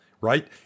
right